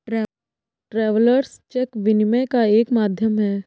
travellers cheque विनिमय का एक माध्यम है